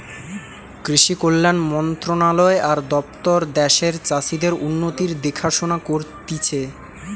কৃষি কল্যাণ মন্ত্রণালয় আর দপ্তর দ্যাশের চাষীদের উন্নতির দেখাশোনা করতিছে